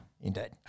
Indeed